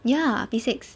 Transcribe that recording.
ya P six